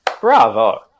bravo